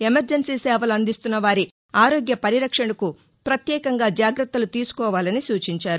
emergency సేవలు అందిస్తున్న వారి ఆరోగ్య పరిరక్షణకు ప్రత్యేకంగా జాగ్రత్తలు తీసుకోవాలని సూచించారు